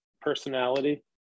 personality